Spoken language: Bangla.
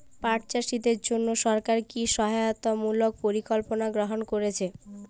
পাট চাষীদের জন্য সরকার কি কি সহায়তামূলক পরিকল্পনা গ্রহণ করেছে?